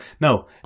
no